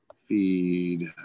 Feed